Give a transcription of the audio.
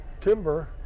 timber